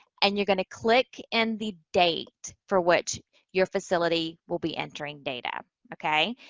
and you're going to click in the date for which your facility will be entering data. okay?